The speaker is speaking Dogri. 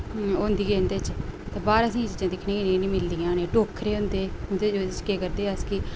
होंदी ऐ इंदे च ते बाह्र असें एह् चीजां दिखने गी नेईं मिलदियाां न टोखररे होंदे उंदे च अस केह् करदे की